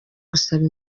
gusaba